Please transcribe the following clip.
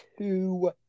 Two